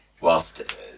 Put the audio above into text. whilst